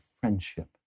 friendship